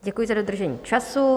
Děkuji za dodržení času.